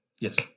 Yes